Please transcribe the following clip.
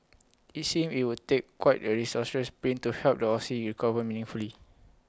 IT seems IT would take quite A disastrous print to help the Aussie recover meaningfully